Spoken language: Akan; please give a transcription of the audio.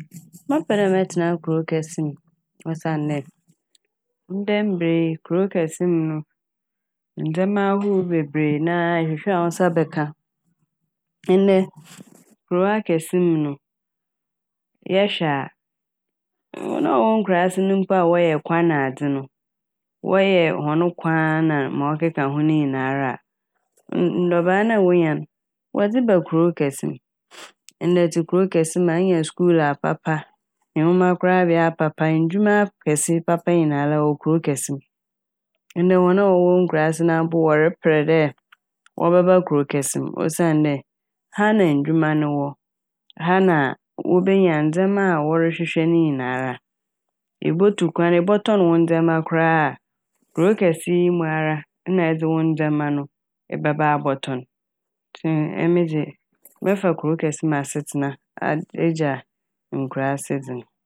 Mɛpɛ dɛ mɛtsena kurow kɛse mu osiandɛ ndɛ mber yi kurow kɛse mu no ndzɛma ahorow bebree naa ehwehwɛ a wo nsa bɛka. Ndɛ kurow akɛse mu no yɛhwɛ a mm- hɔn a wɔwɔ nkurase no mpo wɔyɛ kwa n'adze no wɔyɛ hɔn kwa a na ma ɔkeka ho ne nyinara a n- ndɔbaa no a wonya n' wɔdze ba kurow kɛse m'. Ndɛ ɛtse kurow kɛse mu a inya skuul apapa, nwoma korabea apapa, ndwuma akɛse papa nyinaa a ɔwɔ kurow kɛse m'. Ndɛ hɔn a wɔwɔ nkuraase naa mpo no wɔreper dɛ wɔbɛba kurow kɛse mu osiandɛ ha na ndwuma no wɔ, ha na a wobenya ndzɛma a wɔrehwehwɛ ne nyinaa. Ibotu kwan, ebɔtɔn wo ndzɛma koraa a kurow kɛse yi mu ara na edze wo ndzɛma no bɛba abɔtɔn. Ntsi emi dze mɛfa kurow kɛse mu asetsena a - egya kurase dze n'.